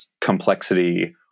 complexity